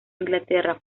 inglaterra